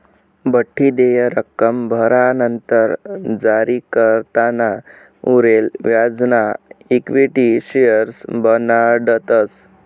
बठ्ठी देय रक्कम भरानंतर जारीकर्ताना उरेल व्याजना इक्विटी शेअर्स बनाडतस